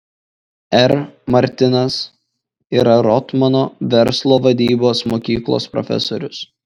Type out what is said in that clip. r martinas yra rotmano verslo vadybos mokyklos profesorius